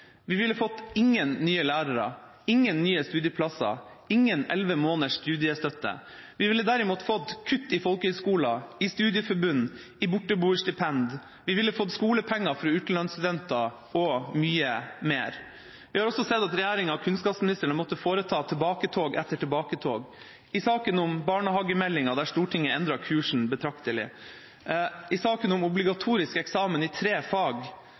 ville fått: ingen nye lærere ingen nye studieplasser ingen elleve måneders studiestøtte Vi ville derimot fått kutt i folkehøyskoler, i studieforbund, i borteboerstipend, vi ville fått skolepenger for utenlandsstudenter og mye mer. Vi har også sett at regjeringa og kunnskapsministeren har måttet foreta tilbaketog etter tilbaketog: i saken om barnehagemeldinga, der Stortinget endret kursen betraktelig i saken om obligatorisk eksamen i tre fag